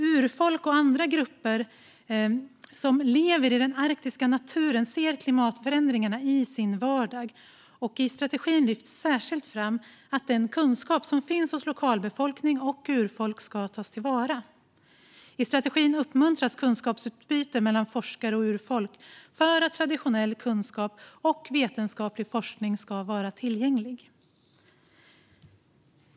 Urfolk och andra grupper som lever i den arktiska naturen ser klimatförändringarna i sin vardag, och i strategin lyfts särskilt fram att den kunskap som finns hos lokalbefolkning och urfolk ska tas till vara. I strategin uppmuntras kunskapsutbyte mellan forskare och urfolk för att traditionell kunskap och vetenskaplig forskning ska vara tillgängliga.